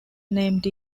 named